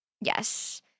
Yes